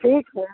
ठीक है